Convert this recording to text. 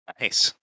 Nice